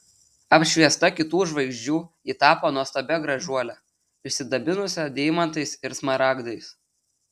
apšviesta kitų žvaigždžių ji tapo nuostabia gražuole išsidabinusia deimantais ir smaragdais